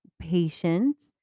patience